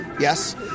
Yes